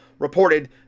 reported